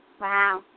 Wow